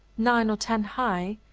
nine or ten high,